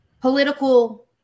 political